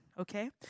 okay